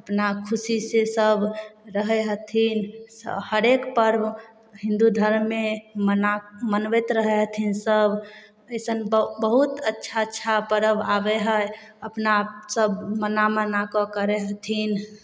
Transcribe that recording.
अपना खुशीसँ सब रहय हथिन हरेक पर्व हिन्दू धर्ममे मना मनबैत रहय हथिन सब एसन बहुत अच्छा अच्छा पर्व आबय हइ अपना सब मना मनाकऽ करय हथिन